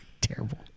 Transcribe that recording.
Terrible